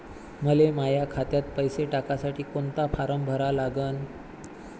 मले माह्या खात्यात पैसे टाकासाठी कोंता फारम भरा लागन?